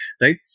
right